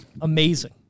Amazing